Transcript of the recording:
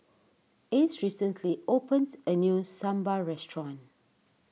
Ace recently opens a new Sambar restaurant